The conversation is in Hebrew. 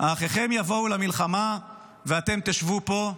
"האחיכם יבאו למלחמה ואתם תשבו פה".